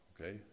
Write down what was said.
okay